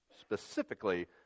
specifically